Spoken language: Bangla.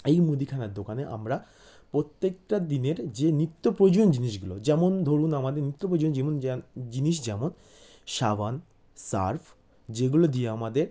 এই মুদিখানা দোকানে আমরা প্রত্যেকটা দিনের যে নিত্য প্রয়োজনীয় জিনিসগুলো যেমন ধরুন আমাদের নিত্য প্রয়োজনীয় জীবন জিনিস যেমন সাবান সার্ফ যেগুলো দিয়ে আমাদের